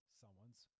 someone's